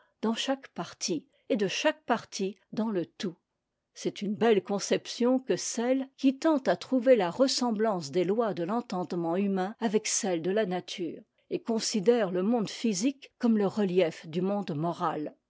dans chaque partie et de chaque partie dans le tout c'est une belle conception que celle qui tend à trouver ta ressemblance des lois de l'entendement humain avec celles de la nature et considère le monde physique comme le relief du monde moral